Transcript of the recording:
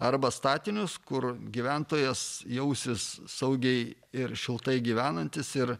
arba statinius kur gyventojas jausis saugiai ir šiltai gyvenantis ir